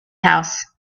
house